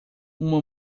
uma